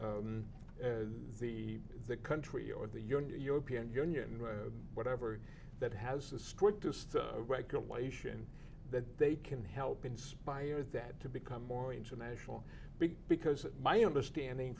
the the country or the euro piano union or whatever that has the strictest regulation that they can help inspire that to become more international big because my understanding